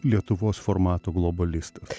lietuvos formatu globalistas